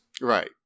right